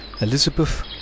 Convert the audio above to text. Elizabeth